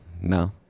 No